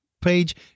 page